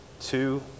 two